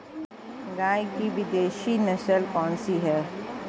गाय की विदेशी नस्ल कौन सी है?